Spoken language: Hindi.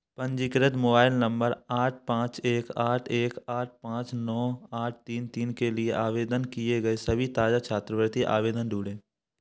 पंजीकृत मोबाइल नंबर आठ पाँच एक आठ एक आठ पाँच नौ आठ तीन तीन के लिए आवेदन किए गए सभी ताज़ा छात्रवृत्ति आवेदन ढूँढें